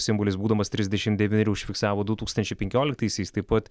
simbolis būdamas trisdešimt devynerių užfiksavo du tūkstančiai penkioliktaisiais taip pat